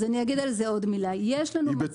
אז אני אגיד על זה עוד מילה: כשיש לנו מצב